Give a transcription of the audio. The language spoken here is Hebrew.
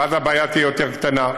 ואז הבעיה תהיה קטנה יותר,